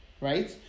right